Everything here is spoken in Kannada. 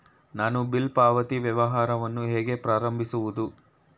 ನಾನು ಬಿಲ್ ಪಾವತಿ ವ್ಯವಹಾರವನ್ನು ಹೇಗೆ ಪ್ರಾರಂಭಿಸುವುದು?